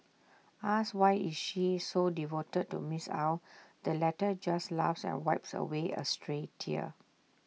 asked why she is so devoted to miss Ow the latter just laughs and wipes away A stray tear